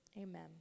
Amen